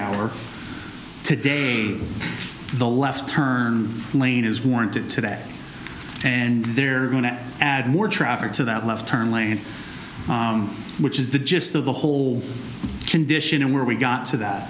hour today the left turn lane is warranted today and they're going to add more traffic to that left turn lane which is the gist of the whole condition and where we got to that